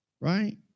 Right